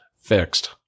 fixed